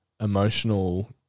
emotional